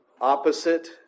opposite